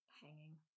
hanging